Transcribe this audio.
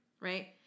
right